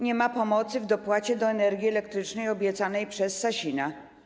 Nie ma pomocy w dopłacie do energii elektrycznej obiecanej przez Sasina.